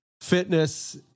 fitness